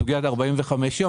סוגיית 45 ימים,